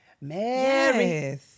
Mary